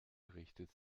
richtet